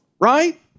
right